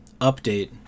update